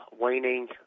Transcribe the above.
weaning